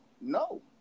no